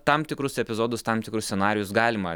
tam tikrus epizodus tam tikrus scenarijus galima